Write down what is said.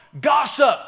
gossip